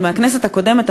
עוד מהכנסת הקודמת,